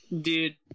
Dude